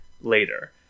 later